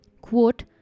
Quote